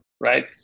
right